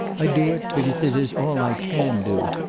i do it because it is all i can do,